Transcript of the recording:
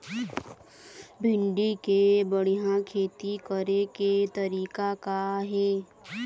भिंडी के बढ़िया खेती करे के तरीका का हे?